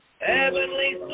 Heavenly